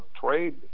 trade